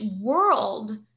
world